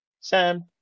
sam